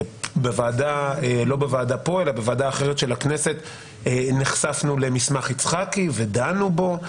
בוועדה אחרת של הכנסת נחשפנו למסמך יצחקי ודנו בו.